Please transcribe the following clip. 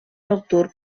nocturn